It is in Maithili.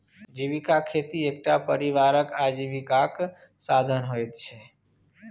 जीविका खेती एकटा परिवारक आजीविकाक साधन होइत छै